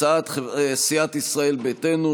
הצעת סיעת ישראל ביתנו,